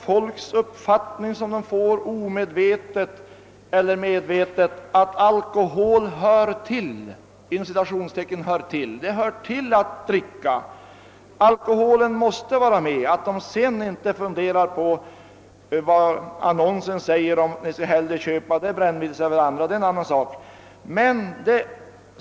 Folk får omedvetet eller medvetet den uppfattningen att det »hör till» att dricka alkohol. En annan sak är att folk inte funderar så mycket över vad annonsen säger om att man bör köpa just den eller den sortens brännvin.